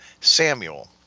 Samuel